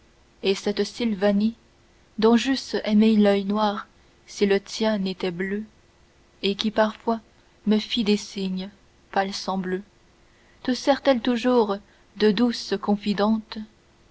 et cette silvanie dont j'eusse aimé l'oeil noir si le tien n'était bleu et qui parfois me fit des signes palsambleu te sert-elle toujours de douce confidente